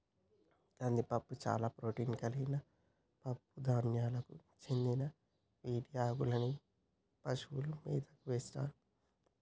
కందిపప్పు చాలా ప్రోటాన్ కలిగిన పప్పు ధాన్యాలకు చెందిన వీటి ఆకుల్ని పశువుల మేతకు వేస్తారు